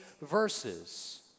verses